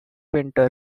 winter